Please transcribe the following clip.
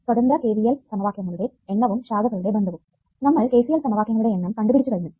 സ്വതന്ത്ര KVL സമവാക്യങ്ങളുടെ എണ്ണവും ശാഖകളുടെ ബന്ധവും നമ്മൾ KCL സമവാക്യങ്ങളുടെ എണ്ണം കണ്ടുപിടിച്ചു കഴിഞ്ഞു